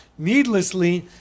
Needlessly